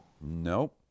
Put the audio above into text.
Nope